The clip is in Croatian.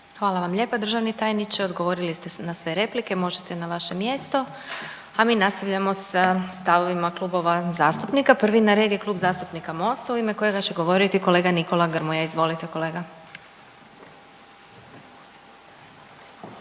Hvala vam lijepa državni tajniče. Odgovorili ste na sve replike, možete na vaše mjesto. A mi nastavljamo sa stavovima klubova zastupnika. Prvi na redu je Klub zastupnika MOST-a u ime kojega će govoriti kolega Nikola Grmoja. Izvolite kolega.